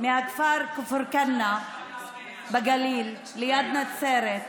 מכפר כנא בגליל, ליד נצרת.